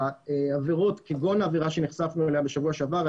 העבירות כגון העבירה שנחשפנו אליה בשבוע שעבר,